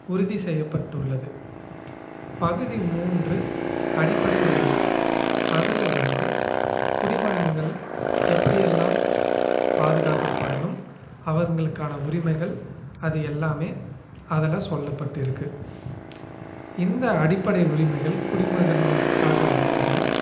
உறுதி செய்யப்பட்டுள்ளது பகுதி மூன்று அடிப்படை உரிமை அதில் வந்து குடிமகன்கள் எப்படி எல்லாம் பாதுகாக்கப்படணும் அவங்களுக்கான உரிமைகள் அது எல்லாமே அதில் சொல்லப்பட்டு இருக்குது இந்த அடிப்படை உரிமைகள் குடிமகன்களுக்காக உள்ளதை